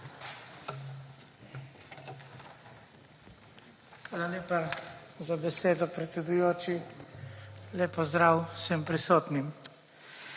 Hvala lepa za besedo, predsedujoči. Lep pozdrav vsem prisotnim!